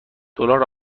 دلار